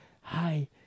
hi